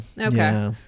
okay